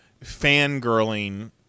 fangirling